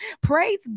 Praise